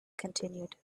continued